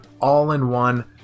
all-in-one